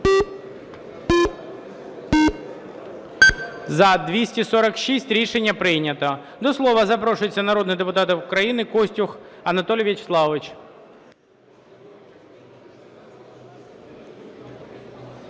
За-246 Рішення прийнято. До слова запрошується народний депутат України Костюх Анатолій Вячеславович.